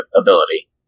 ability